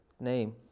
name